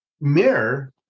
mirror